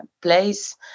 place